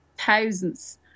thousands